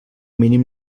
mínim